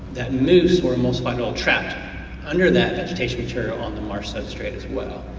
that mousse or emulsified oil trapped under that vegetation material on the marsh sub straight, as well.